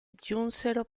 giunsero